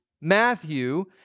Matthew